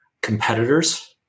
competitors